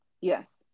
Yes